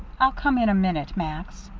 i'll come in a minute, max.